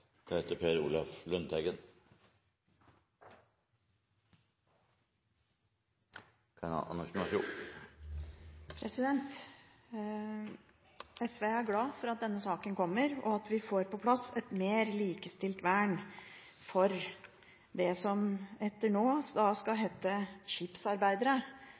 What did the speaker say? glad for at denne saken kommer, og at vi får på plass et mer likestilt vern for det som fra nå av skal hete skipsarbeidere.